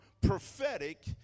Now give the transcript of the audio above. prophetic